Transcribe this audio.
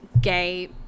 gay